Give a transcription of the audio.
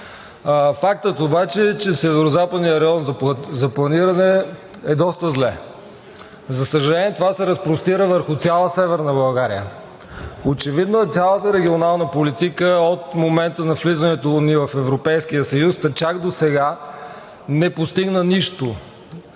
Фактът обаче е, че в Северозападния район за планиране е доста зле. За съжаление, това се разпростира върху цяла Северна България. Очевидно е – цялата регионална политика от момента на влизането ни в Европейски съюз та чак досега не постигна нищо.